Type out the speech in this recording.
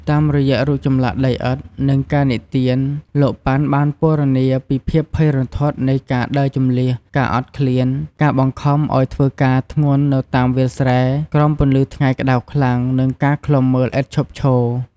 តាមរយៈរូបចម្លាក់ដីឥដ្ឋ និងការនិទាន លោក ប៉ាន់ បានពណ៌នាពីភាពភ័យរន្ធត់នៃការដើរជម្លៀស ការអត់ឃ្លាន ការបង្ខំឲ្យធ្វើការធ្ងន់នៅតាមវាលស្រែ ក្រោមពន្លឺថ្ងៃក្ដៅខ្លាំង និងការឃ្លាំមើលឥតឈប់ឈរ។